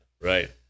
Right